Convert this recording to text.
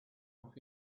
off